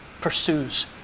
pursues